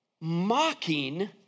mocking